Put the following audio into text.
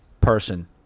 person